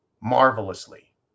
marvelously